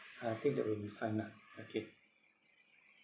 uh I think that would be fine lah okay